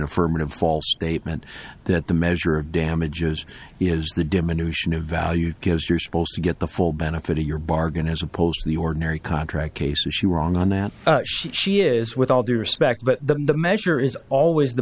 affirmative false statement that the measure of damages is the diminution of value because you're supposed to get the full benefit of your bargain as opposed to the ordinary contract case if she were wrong on that she is with all due respect but the measure is always the